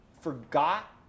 forgot